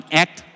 act